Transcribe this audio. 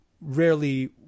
rarely